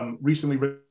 Recently